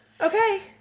Okay